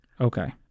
Okay